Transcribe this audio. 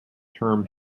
term